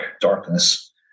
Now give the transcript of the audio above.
darkness